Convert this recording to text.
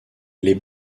les